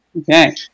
Okay